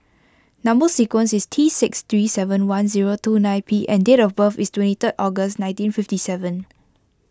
Number Sequence is T six three seven one zero two nine P and date of birth is twenty three August nineteen fifty seven